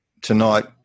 tonight